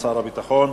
הביטחון.